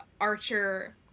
Archer